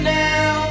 now